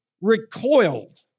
recoiled